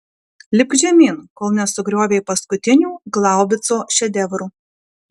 lipk žemyn kol nesugriovei paskutinių glaubico šedevrų